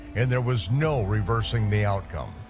and there was no reversing the outcome.